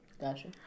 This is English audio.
Gotcha